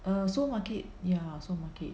err supermarket ya supermarket